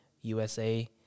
USA